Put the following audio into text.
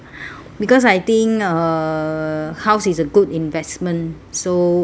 because I think a house is a good investment so uh